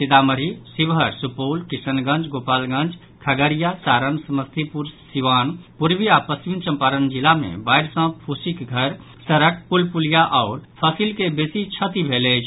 सीतामढ़ी शिवहर सुपौल किशनगंज गोपालगंज खगड़िया सारण समस्तीपुर सीवान पूर्वी आ पश्चिमी चम्पारण जिला मे बाढ़ि सँ फूसिक घर सड़क पुल पुलिया आओर फसिल के बेसी क्षति भेल अछि